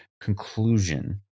conclusion